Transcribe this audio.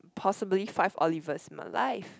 possibly five Olivers in my life